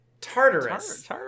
tartarus